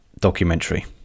Documentary